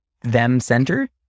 them-centered